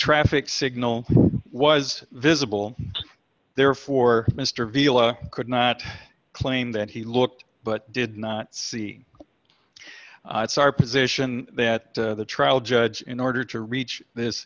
traffic signal was visible therefore mr vila could not claim that he looked but did not see it's our position that the trial judge in order to reach this